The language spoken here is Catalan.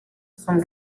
són